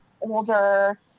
older